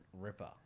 ripper